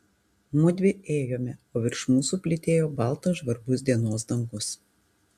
mudvi ėjome o virš mūsų plytėjo baltas žvarbus dienos dangus